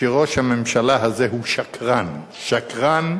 שראש הממשלה הזה הוא שקרן, שקרן,